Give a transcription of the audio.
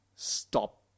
stop